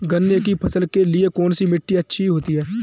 गन्ने की फसल के लिए कौनसी मिट्टी अच्छी होती है?